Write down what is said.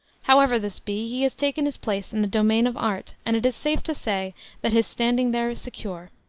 however this be, he has taken his place in the domain of art, and it is safe to say that his standing there is secure.